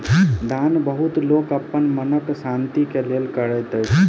दान बहुत लोक अपन मनक शान्ति के लेल करैत अछि